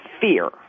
fear